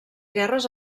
guerres